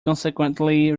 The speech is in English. consequently